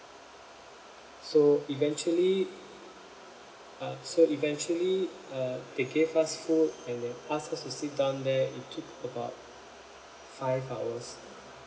so eventually uh so eventually uh they gave us food and they ask us to sit down there it took about five hours